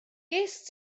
gest